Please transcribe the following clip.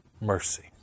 Mercy